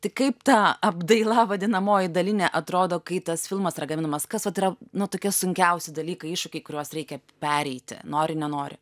tai kaip ta apdaila vadinamoji dalinė atrodo kai tas filmas yra gaminamas kas vat yra nu tokie sunkiausi dalykai iššūkiai kuriuos reikia pereiti nori nenori